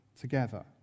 together